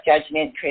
judgment